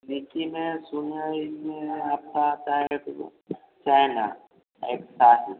लीची में सुम है इमे आपका आता है एगो चाइना आ एक साहित